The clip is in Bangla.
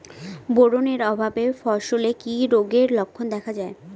বোরন এর অভাবে ফসলে কি রোগের লক্ষণ দেখা যায়?